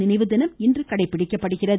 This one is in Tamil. நினைவுதினம் இன்று கடைபிடிக்கப்படுகிறது